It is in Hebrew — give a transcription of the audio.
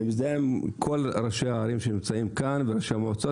אני מזדהה עם כל ראשי הערים שנמצאים כאן וראשי המועצות,